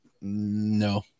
No